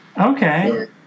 Okay